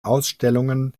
ausstellungen